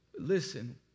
Listen